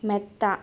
മെത്ത